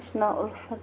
مےٚ چھُ ناو اُلفت